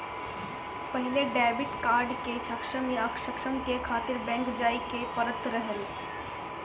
पहिले debit card के सक्षम या असक्षम करे खातिर बैंक जाए के पड़त रहल